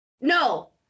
No